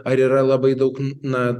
ar yra labai daug na